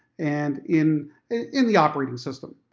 and in in the operating system.